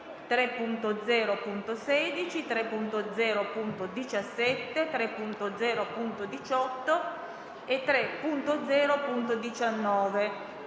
3.0.16, 3.0.17, 3.0.18 e 3.0.19.